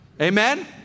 Amen